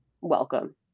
welcome